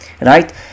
Right